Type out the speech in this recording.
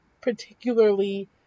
particularly